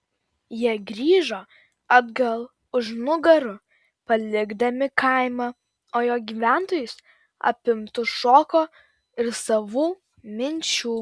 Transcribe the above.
jie grįžo atgal už nugarų palikdami kaimą o jo gyventojus apimtus šoko ir savų minčių